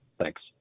Thanks